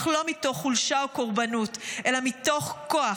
אך לא מתוך חולשה או קורבנות אלא מתוך כוח.